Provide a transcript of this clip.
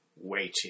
waiting